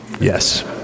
Yes